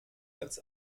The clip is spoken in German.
als